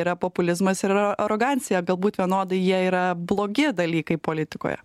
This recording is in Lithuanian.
yra populizmas ir yra arogancija galbūt vienodai jie yra blogi dalykai politikoje